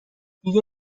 دیگه